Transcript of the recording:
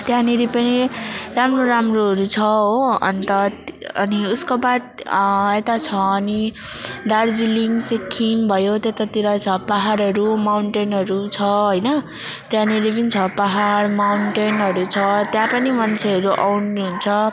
त्यहाँनेरि पनि राम्रो राम्रोहरू छ हो अन्त अनि उसको बाद यता छ अनि दार्जिलिङ सिक्किम भयो त्यतातिर छ पहाडहरू माउन्टेनहरू छ होइन त्यहाँनेर पनि छ पहाड माउन्टेनहरू छ त्यहाँ पनि मान्छेहरू आउनु हुन्छ